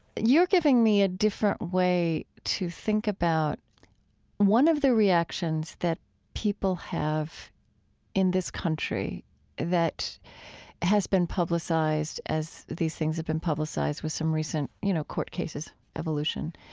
you're giving me a different way to think about one of the reactions that people have in this country that has been publicized, as these things have been publicized with some recent, you know, court cases, evolution,